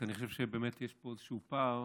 כי אני חושב שבאמת יש פה איזשהו פער,